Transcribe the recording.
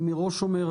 אני מראש אומר,